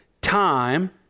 time